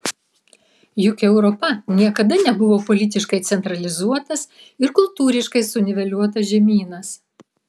juk europa niekada nebuvo politiškai centralizuotas ir kultūriškai suniveliuotas žemynas